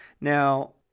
Now